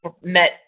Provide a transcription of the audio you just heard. met